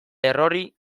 errori